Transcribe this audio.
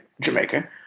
Jamaica